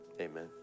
amen